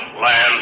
land